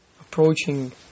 approaching